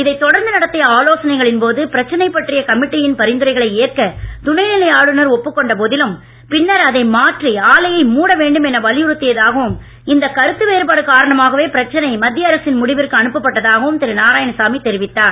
இதைத் தொடர்ந்து நடத்திய ஆலோசனைகளின் போது பிரச்சனைப் பற்றிய கமிட்டியின் பரிந்துரைகளை ஏற்க துணை நிலை ஆளுநர் ஒப்புக் கொண்ட போதிலும் பின்னர் அதை மாற்றி ஆலையை மூட வேண்டும் என வலியுறுத்தியதாகவும் இந்த கருத்து வேறுபாடு காரணமாகவே பிரச்சனை மத்திய அரசின் முடிவிற்கு னுப்பப்பட்டதாகவும் திரு நாராயணசாமி தெரிவித்தார்